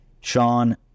Sean